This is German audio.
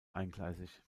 eingleisig